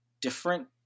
different